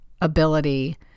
ability